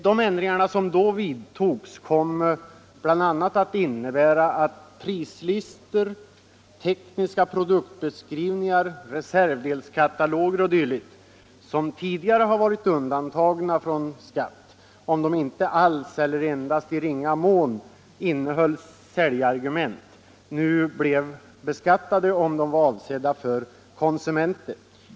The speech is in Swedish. De ändringar som då vidtogs kom bl.a. att innebära att prislistor, tekniska produktbeskrivningar, reservdelskataloger o. d., som tidigare har varit undantagna från skatt om de inte alls eller endast i ringa mån innehöll säljargument, nu blev beskattade om de var avsedda för konsumenter.